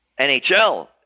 NHL